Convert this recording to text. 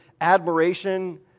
admiration